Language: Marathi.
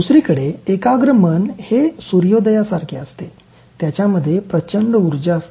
दुसरीकडे एकाग्र मन हे सूर्योदया सारखे असते त्याच्यामध्ये प्रचंड उर्जा असते